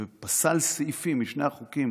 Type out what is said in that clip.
ופסל סעיפים משני החוקים